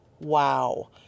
wow